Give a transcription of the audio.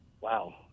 Wow